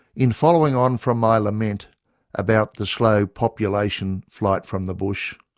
in following on from my lament about the slow population flight from the bush,